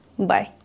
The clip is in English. Bye